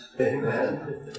Amen